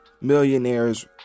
millionaires